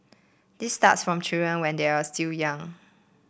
this starts from children when they are still young